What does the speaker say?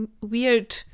weird